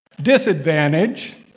disadvantage